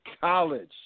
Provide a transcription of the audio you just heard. College